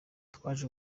twaje